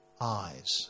eyes